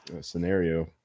scenario